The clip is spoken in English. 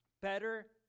better